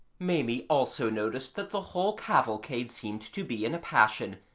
maimie also noticed that the whole cavalcade seemed to be in a passion,